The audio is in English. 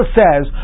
says